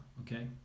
okay